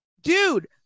Dude